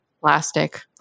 plastic